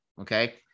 okay